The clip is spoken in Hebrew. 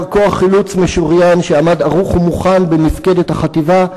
כוח חילוץ משוריין שעמד ערוך ומוכן במפקדת החטיבה,